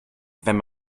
wenn